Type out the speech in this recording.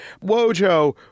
Wojo